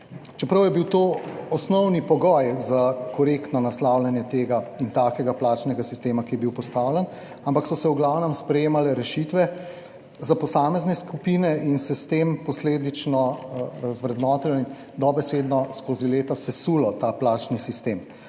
Čeprav je bil to osnovni pogoj za korektno naslavljanje tega in takega plačnega sistema, ki je bil postavljen, ampak so se v glavnem sprejemale rešitve za posamezne skupine in se s tem posledično razvrednotilo in dobesedno skozi leta sesulo ta plačni sistem.